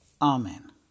Amen